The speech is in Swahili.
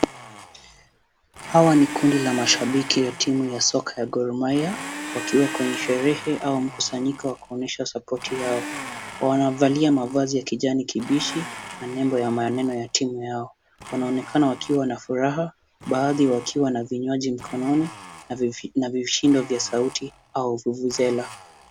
Hawa ni kundi la mashabiki wa timu ya soka ya Gor Mahia , wakiwa kwenye sherehe au mkusanyiko wa kuonyesha support yao. Wanavalia mavazi ya kijani kibichi na nembo ya maneno ya timu yao. Wanaonekana wakiwa na furaha, baadhi wakiwa na vinywaji mkononi, na vishindo vya sauti au vuvuzela.